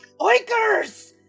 Oinkers